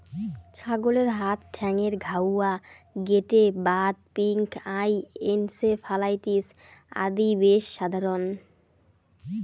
ছাগলের হাত ঠ্যাঙ্গের ঘাউয়া, গেটে বাত, পিঙ্ক আই, এনসেফালাইটিস আদি বেশ সাধারণ